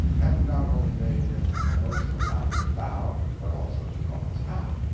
and not only made him a most elaborate bow, but also took off his hat.